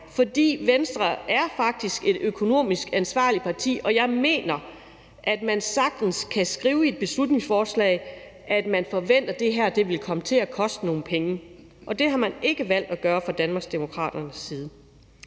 for Venstr er faktisk et økonomisk ansvarlig parti, og jeg mener, at man sagtens kan skrive i et beslutningsforslag, at man forventer, at det her vil komme til at koste nogle penge, og det har man ikke valgt at gøre fra Danmarksdemokraternes side.